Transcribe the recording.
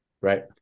right